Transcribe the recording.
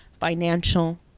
financial